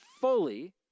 fully